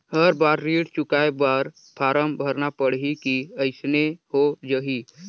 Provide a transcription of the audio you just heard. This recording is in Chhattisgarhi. हर बार ऋण चुकाय बर फारम भरना पड़ही की अइसने हो जहीं?